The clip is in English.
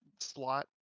slot